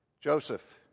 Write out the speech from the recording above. Joseph